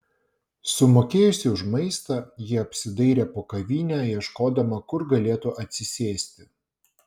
sumokėjusi už maistą ji apsidairė po kavinę ieškodama kur galėtų atsisėsti